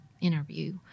interview